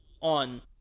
on